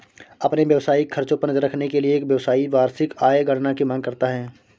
अपने व्यावसायिक खर्चों पर नज़र रखने के लिए, एक व्यवसायी वार्षिक आय गणना की मांग करता है